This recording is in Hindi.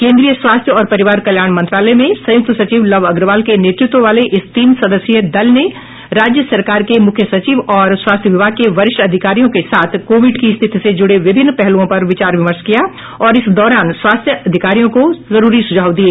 केंद्रीय स्वास्थ्य और परिवार कल्याण मंत्रालय में संयुक्त सचिव लव अग्रवाल के नेतृत्व वाले इस तीन सदस्यीय दल ने राज्य सरकार के मुख्य सचिव और स्वास्थ्य विभाग के वरिष्ठ अधिकारियों के साथ कोविड की स्थिति से जुडे विभिन्न पहलुओं पर विचार विमर्श किया और इस दौरान स्वास्थ्य अधिकारियों को जरूरी सुझाव दिए